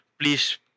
please